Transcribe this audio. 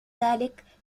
ذلك